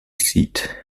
seat